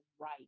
right